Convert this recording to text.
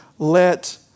Let